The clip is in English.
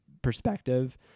perspective